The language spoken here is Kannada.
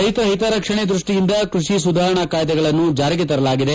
ರೈತರ ಹಿತರಕ್ಷಣೆ ದೃಷ್ಷಿಯಿಂದ ಕೃಷಿ ಸುಧಾರಣಾ ಕಾಯ್ದೆಗಳನ್ನು ಜಾರಿಗೆ ತರಲಾಗಿದೆ